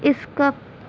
skip